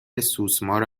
سوسمار